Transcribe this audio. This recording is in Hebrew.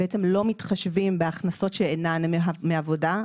לא מתחשבים בהכנסות שאינן מעבודה,